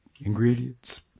ingredients